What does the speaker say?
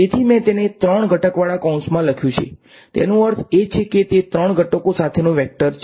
તેથી મેં તેને ત્રણ ઘટકવાળા કૌંસમાં લખ્યું છે તેનો અર્થ એ કે તે ત્રણ ઘટકો સાથેનો વેક્ટર છે